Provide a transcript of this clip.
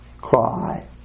cry